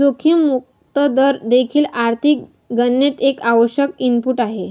जोखीम मुक्त दर देखील आर्थिक गणनेत एक आवश्यक इनपुट आहे